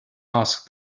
asked